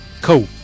cool